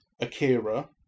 Akira